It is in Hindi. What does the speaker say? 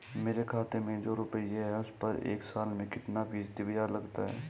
मेरे खाते में जो रुपये हैं उस पर एक साल में कितना फ़ीसदी ब्याज लगता है?